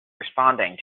responding